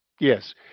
yes